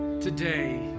today